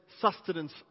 sustenance